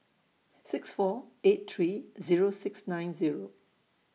six four eight three Zero six nine Zero